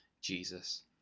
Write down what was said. Jesus